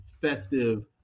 festive